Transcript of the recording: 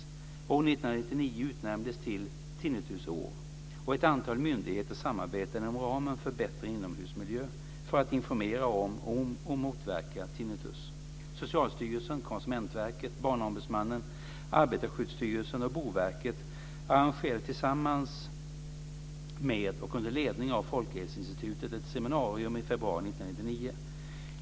År 1999 utnämndes till tinnitusår och ett antal myndigheter samarbetade inom ramen för bättre inomhusmiljö, för att informera om och motverka tinnitus. Socialstyrelsen, Konsumentverket, Barnombudsmannen, Arbetarskyddsstyrelsen och Boverket arrangerade tillsammans med och under ledning av Folkhälsoinstitutet ett seminarium i februari 1999.